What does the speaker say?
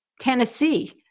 Tennessee